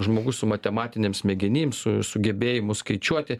žmogus su matematinėm smegenim su sugebėjimu skaičiuoti